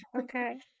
Okay